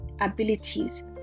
abilities